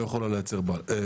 היא לא יכולה לייצא.